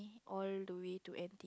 all the way to end